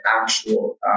actual